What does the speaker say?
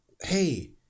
hey